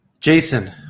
Jason